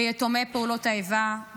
ביתומי פעולות האיבה,